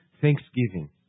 thanksgiving